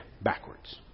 backwards